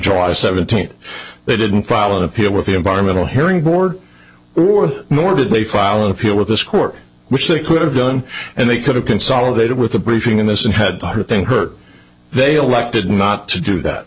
july seventeenth they didn't file an appeal with the environmental hearing board who are nor did they file an appeal with this court which they could have done and they could have consolidated with the briefing in this and had her think her they elected not to do that